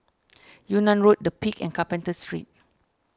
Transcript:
Yunnan Road the Peak and Carpenter Street